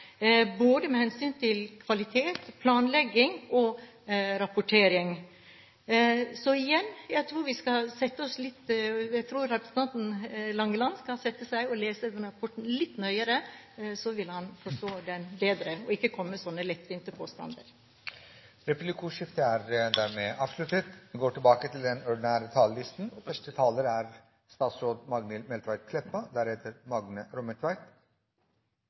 med hensyn til både kvalitet, planlegging og rapportering. Så igjen: Jeg tror representanten Langeland skal sette seg og lese den rapporten litt mer nøye, så vil han forstå den bedre og ikke komme med sånne lettvinte påstander. Replikkordskiftet er dermed avsluttet. Å vera samferdselsminister er svært meiningsfylt. Det er stort å reisa rundt i Noreg og